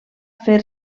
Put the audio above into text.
fer